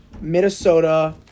Minnesota